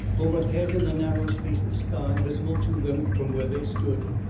overhead in the narrow space of sky visible to them from where they stood,